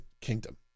kingdom